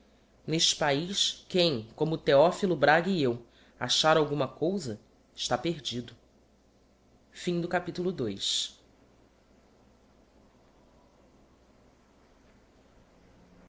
n'este paiz quem como theophilo braga e eu achar alguma cousa está perdido dous preconceitos o